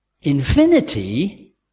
Infinity